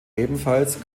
ebenfalls